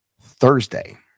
Thursday